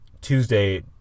Tuesday